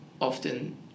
often